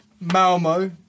Malmo